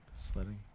Sledding